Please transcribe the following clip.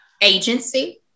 agency